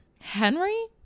Henry